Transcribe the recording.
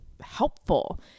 helpful